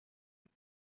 las